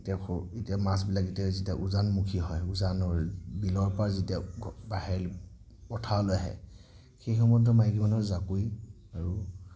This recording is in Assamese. এতিয়া এতিয়া মাছবিলাক যেতিয়া যেতিয়া উজানমুখি হয় উজানৰ বিলৰপৰা যেতিয়া বাহিৰলৈ পথাৰলৈ আহে সেই সময়ত মাইকীমানুহে জাকৈ আৰু